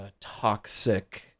toxic